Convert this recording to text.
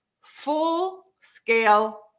full-scale